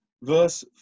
verse